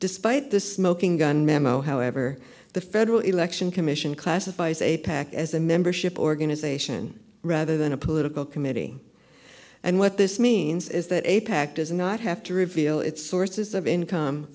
despite the smoking gun memo however the federal election commission classifies a pac as a membership organization rather than a political committee and what this means is that a pac does not have to reveal its sources of income